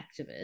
activist